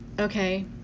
okay